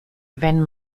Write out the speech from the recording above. wenn